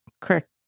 correct